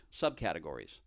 subcategories